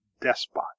despot